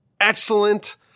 excellent